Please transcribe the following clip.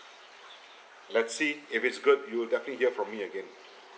let's see if it's good you will definitely hear from me again